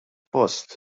post